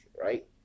right